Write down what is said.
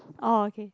oh okay